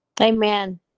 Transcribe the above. Amen